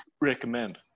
recommend